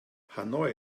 hanoi